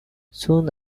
soon